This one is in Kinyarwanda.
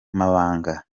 mabanga